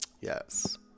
Yes